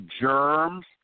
germs